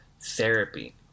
Therapy